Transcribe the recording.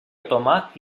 otomà